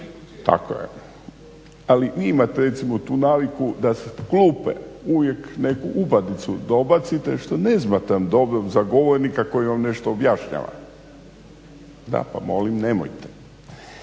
Tako je. Ali vi imate recimo tu naviku da iz klupe uvijek neku upadicu dobacite što ne smatram dobrim za govornika koji vam nešto objašnjava. Pa molim nemojte.